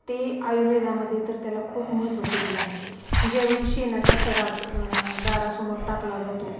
ते आयुर्वेदामध्ये तर त्याला खूप महत्त्व दिलेलं आहे ज्यावेळी शेणाचा सडा दारासमोर टाकला जातो